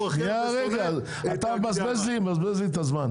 אתה מבזבז לי את הזמן.